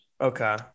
Okay